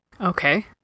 Okay